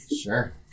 Sure